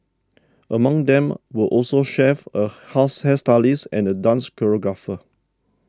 among them were also chefs a hairstylist and a dance choreographer